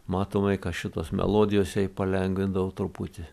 matomai ka šitos melodijos jei palengvindavo truputį